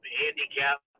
handicap